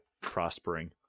prospering